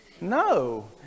No